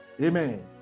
Amen